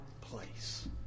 place